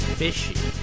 fishy